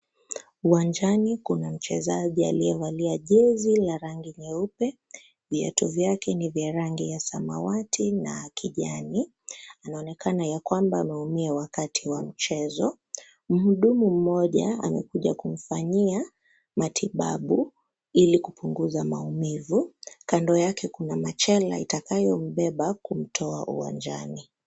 Uwanjani kuna mchezaji aliyevalia jezi la rangi nyeupe, viatu vyake ni vya rangi ya samawati na kijani. Anaonekana ya kwamba ameumia wakati wa mchezo. Mhudumu mmoja amekuja kumfanyia matibabu, ili kupunguza maumivu. Kando yake kuna machela itakayombeba kumtoa uwanjani.